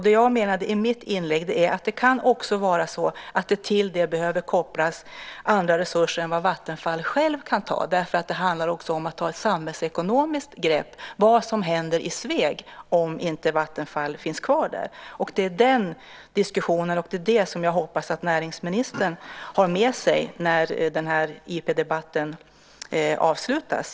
Det jag menade i mitt inlägg är att det också kan vara så att det till detta behöver kopplas andra resurser än vad Vattenfall självt kan sätta in, därför att det också handlar om att ta ett samhällsekonomiskt grepp. Det gäller vad som händer i Sveg om inte Vattenfall finns kvar där. Det är det som jag hoppas att näringsministern har med sig när den här interpellationsdebatten avslutas.